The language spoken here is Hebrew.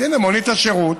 אז הינה, מונית השירות